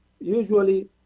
usually